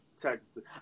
Technically